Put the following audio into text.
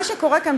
מה שקורה כאן,